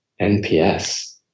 NPS